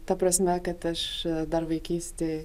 ta prasme kad aš dar vaikystėj